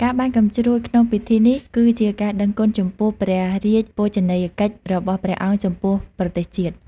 ការបាញ់កាំជ្រួចក្នុងពិធីនេះ គឺជាការដឹងគុណចំពោះព្រះរាជបូជនីយកិច្ចរបស់ព្រះអង្គចំពោះប្រទេសជាតិ។